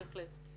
בהחלט.